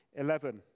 11